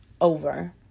over